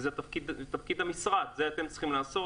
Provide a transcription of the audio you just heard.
וזה תפקיד המשרד ואת זה אתם צריכים לעשות.